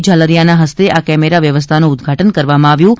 ઝાલરીયાના હસ્તે આ કેમેરા વ્યવસ્થાનું ઉદ્દઘાટન કરવામાં આવ્યું હતું